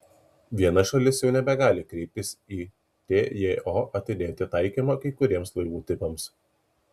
viena šalis jau nebegali kreiptis į tjo atidėti taikymą kai kuriems laivų tipams